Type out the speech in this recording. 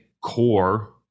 core